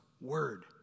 word